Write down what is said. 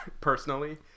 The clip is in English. personally